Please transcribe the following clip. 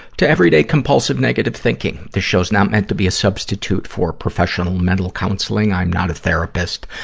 to everyday, compulsive negative thinking. this show's not meant to be a substitute for professional mental counseling. i'm not a therapist.